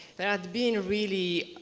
there had been really